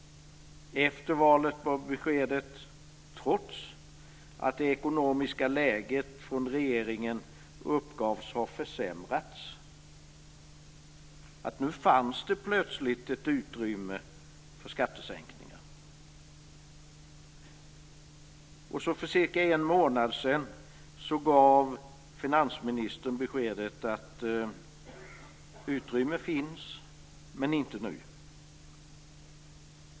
Efter valet var beskedet, trots att det ekonomiska läget från regeringen uppgavs ha försämrats, att det nu plötsligt fanns ett utrymme för skattesänkningar. Så för cirka en månad sedan gav finansministern beskedet att utrymme finns men inte nu.